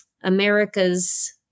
America's